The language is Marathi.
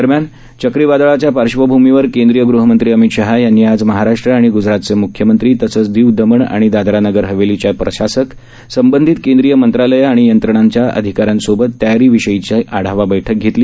दरम्यान चक्रीवादळाच्या पार्श्वभूमीवर केंद्रीय गृहमंत्री अमित शाह यांनी आज महाराष्ट्र आणि ग्जरातचे म्ख्यमंत्री तसंच दिव दमण आणि दादरा नगर हवेलीच्या प्रशासक संबंधित केंद्रीय मंत्रालयं आणि यंत्रणांचे अधिकाऱ्यांसोबत तयारीविषयीची आढावा बैठक घेतली